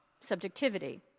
subjectivity